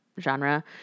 genre